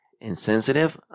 insensitive